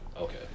Okay